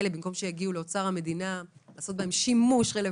האלה ובמקום שיגיעו לאוצר לעשות בהם רלוונטי